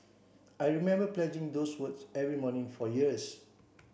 I remember pledging those words every morning for years